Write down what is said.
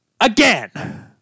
Again